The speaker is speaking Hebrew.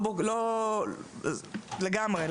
לגמרי,